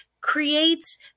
creates